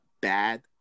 bad